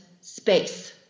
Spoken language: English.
space